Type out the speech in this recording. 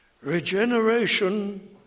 regeneration